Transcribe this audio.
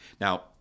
now